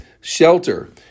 shelter